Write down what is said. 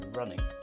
running